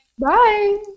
Bye